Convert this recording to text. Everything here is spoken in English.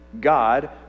God